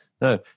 No